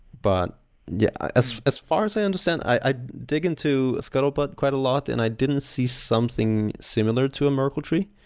but yeah as as far as i understand, i dig into scuttlebutt quite a lot and i didn't see something similar to a merkle tree.